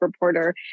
reporter